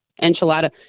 enchilada